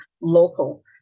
local